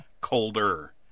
colder